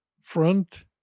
front